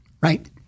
right